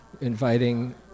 Inviting